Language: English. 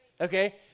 okay